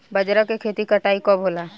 बजरा के खेती के कटाई कब होला?